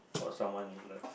for someone you love